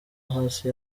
hasi